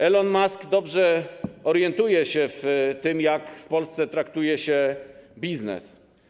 Elon Musk dobrze orientuje się w tym, jak w Polsce traktuje się biznes.